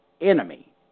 enemy